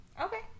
okay